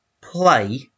play